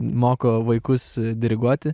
moko vaikus diriguoti